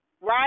right